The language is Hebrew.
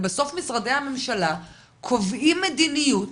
ובסוף משרדי הממשלה קובעים מדיניות